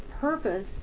purpose